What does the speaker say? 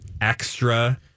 extra